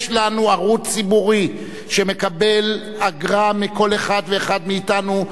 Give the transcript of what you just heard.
יש לנו ערוץ ציבורי שמקבל אגרה מכל אחד ואחד מאתנו,